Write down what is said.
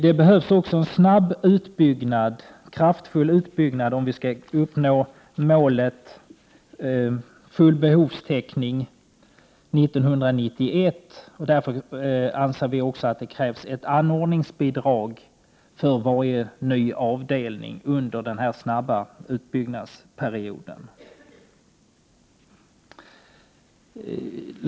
Det behövs också en snabb och kraftfull utbyggnad om man skall uppnå målet full behovstäckning 1991. Därför anser vpk att det behövs ett anordningsbidrag för varje ny avdelning under denna snabba utbyggnadsperiod.